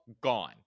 gone